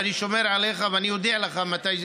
אני שומר עליך ואני אודיע לך מתי,